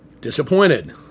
disappointed